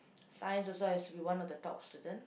Science also I used to be of one of the top student